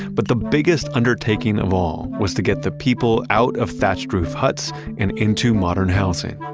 but the biggest undertaking of all was to get the people out of thatched-roofed huts and into modern housing.